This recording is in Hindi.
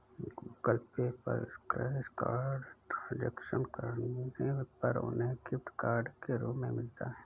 गूगल पे पर स्क्रैच कार्ड ट्रांजैक्शन करने पर उन्हें गिफ्ट कार्ड के रूप में मिलता है